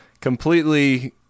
completely